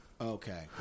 okay